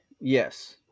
yes